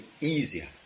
easier